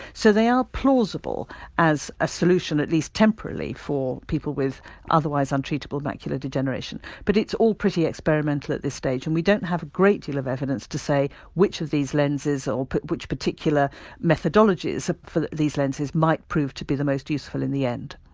so, they are plausible as a solution, at least temporarily, for people with otherwise untreatable macular degeneration but it's all pretty experimental at this stage and we don't have a great deal of evidence to say which of these lenses or which particular methodologies for these lenses might prove to be the most useful in the end.